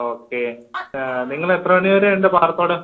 okay നിങ്ങൾ എത്ര മണി വരെ ഉണ്ട് പാറത്തോട്